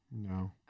no